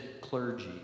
clergy